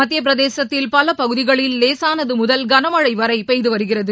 மத்திய பிரதேசத்தில் பல பகுதிகளில் லேசானது முதல் கனமழை வரை பெய்து வருகிறது